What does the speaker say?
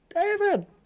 David